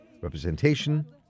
representation